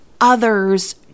others